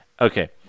Okay